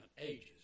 ages